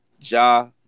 Ja